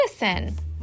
medicine